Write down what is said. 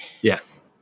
Yes